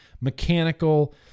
mechanical